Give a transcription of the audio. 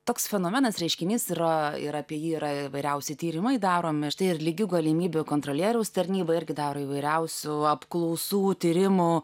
toks fenomenas reiškinys yra ir apie jį yra įvairiausi tyrimai daromi štai ir lygių galimybių kontrolieriaus tarnyba irgi daro įvairiausių apklausų tyrimų